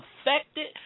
affected